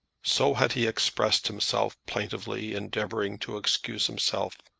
so had he expressed himself plaintively, endeavouring to excuse himself,